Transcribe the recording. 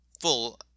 full